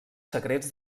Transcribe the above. secrets